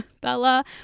Bella